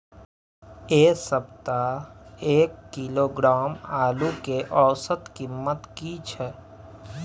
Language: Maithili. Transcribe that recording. ऐ सप्ताह एक किलोग्राम आलू के औसत कीमत कि हय?